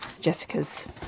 Jessica's